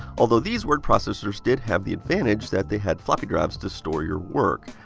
although these word processors did have the advantage that they had floppy drives to store your work.